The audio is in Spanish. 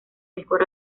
mejor